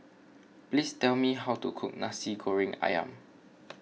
please tell me how to cook Nasi Goreng Ayam